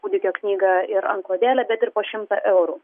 kūdikio knygą ir antklodėlę bet ir po šimtą eurų